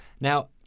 Now